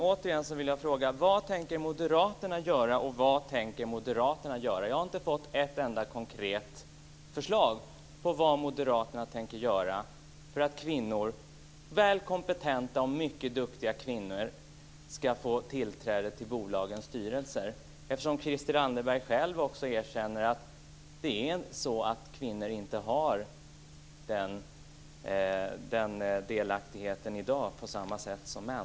Återigen vill jag fråga: Vad tänker Moderaterna göra? Jag har inte fått ett enda konkret förslag på vad Moderaterna tänker göra för att väl kompetenta och mycket duktiga kvinnor ska få tillträde till bolagens styrelser. Christel Anderberg erkänner ju själv att kvinnor inte har den delaktigheten i dag på samma sätt som män.